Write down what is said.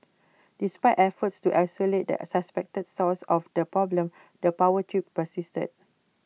despite efforts to isolate the suspected source of the problem the power trips persisted